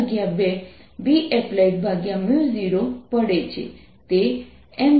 અને તેથી M 32 Bapplied0 પડે છે તે M છે